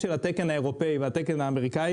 של התקן האירופאי והתקן האמריקאי